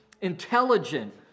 intelligent